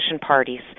parties